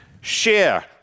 share